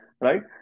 right